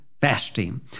fasting